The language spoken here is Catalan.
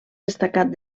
destacat